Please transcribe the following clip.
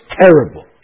terrible